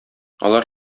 алар